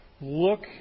look